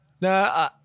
No